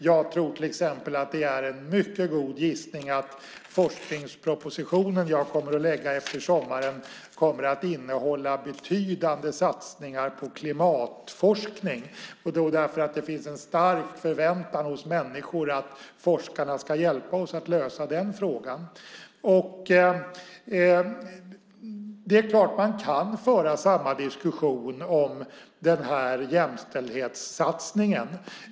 Jag tror till exempel att det är en mycket god gissning att den forskningsproposition jag kommer att lägga fram efter sommaren kommer att innehålla betydande satsningar på klimatforskning, därför att det finns en stark förväntan hos människor att forskarna ska hjälpa oss att lösa den frågan. Man kan föra samma diskussion om den här jämställdhetssatsningen.